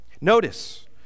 Notice